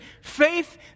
Faith